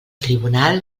tribunal